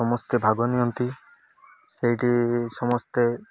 ସମସ୍ତେ ଭାଗ ନିଅନ୍ତି ସେଇଠି ସମସ୍ତେ